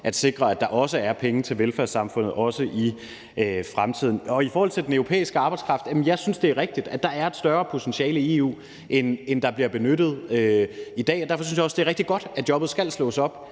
at sikre, at der også er penge til velfærdssamfundet i fremtiden. I forhold til den europæiske arbejdskraft vil jeg sige: Jeg synes, det er rigtigt, at der er et større potentiale i EU end det, der bliver benyttet i dag, og derfor synes jeg også, det er rigtig godt, at jobbet skal slås op